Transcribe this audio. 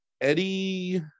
Eddie